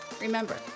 Remember